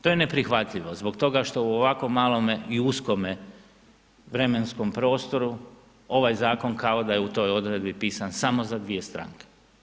To je neprihvatljivo, zbog toga što u ovako malome i uskome vremenskom prostoru, ovaj zakon kao da je u toj odredbi pisan samo za 2 stranke.